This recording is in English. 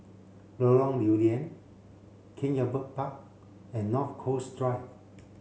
Lorong Lew Lian King Albert Park and North Coast Drive